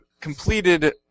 completed